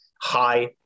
high